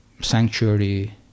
sanctuary